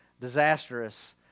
disastrous